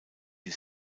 die